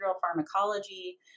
pharmacology